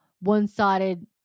one-sided